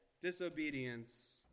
disobedience